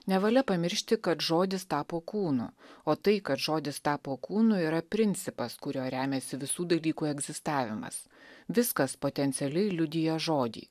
nevalia pamiršti kad žodis tapo kūnu o tai kad žodis tapo kūnu yra principas kuriuo remiasi visų dalykų egzistavimas viskas potencialiai liudija žodį